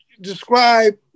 describe